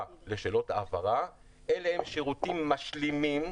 לשאלות ההבהרה אלה הם שירותים משלימים,